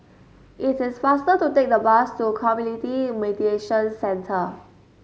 it is faster to take the bus to Community Mediation Centre